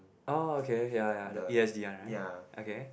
orh okay ya ya the P_H_D one right okay